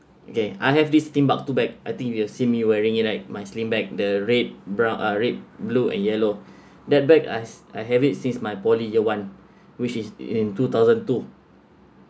okay I have this timbuktu bag I think you'll see me wearing it like my slim bag the red brown uh red blue and yellow that bag I has I have it since my poly year one which is in two thousand two